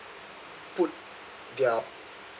put their